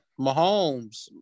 Mahomes